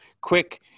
quick